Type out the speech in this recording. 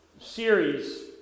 series